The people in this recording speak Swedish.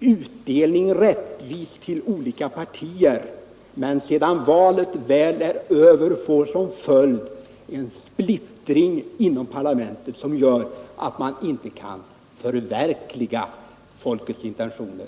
utdelningen rättvist till olika partier men som sedan, när valet väl är över, får till följd en splittring inom parlamentet som gör att man inte kan förverkliga folkets intentioner.